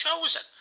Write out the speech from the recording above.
chosen